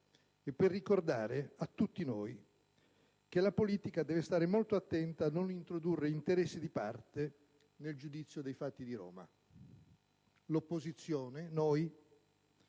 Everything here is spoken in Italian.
e per ricordare a tutti noi che la politica deve stare molto attenta a non introdurre interessi di parte nel giudizio dei fatti di Roma. L'opposizione - noi,